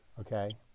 Okay